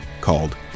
called